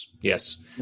Yes